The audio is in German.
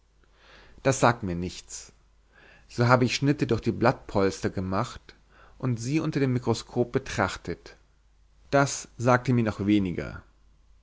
das sagt mir nichts so habe ich schnitte durch die blattpolster gemacht und sie unter dem mikroskop betrachtet das sagte mir noch weniger